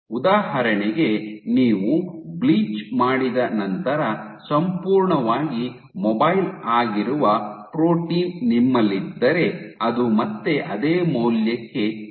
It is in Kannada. ಉದಾಹರಣೆಗೆ ನೀವು ಬ್ಲೀಚ್ ಮಾಡಿದ ನಂತರ ಸಂಪೂರ್ಣವಾಗಿ ಮೊಬೈಲ್ ಆಗಿರುವ ಪ್ರೋಟೀನ್ ನಿಮ್ಮಲ್ಲಿದ್ದರೆ ಅದು ಮತ್ತೆ ಅದೇ ಮೌಲ್ಯಕ್ಕೆ ಬರುತ್ತದೆ